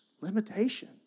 limitation